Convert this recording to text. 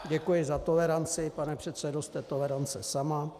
Děkuji za toleranci, pane předsedo, jste tolerance sama.